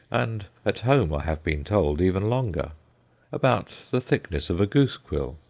and at home, i have been told, even longer about the thickness of a goose-quill,